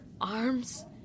arms